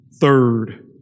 third